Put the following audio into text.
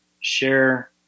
share